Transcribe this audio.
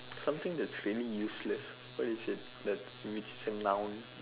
something that's really useless what is it which is a noun